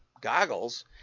goggles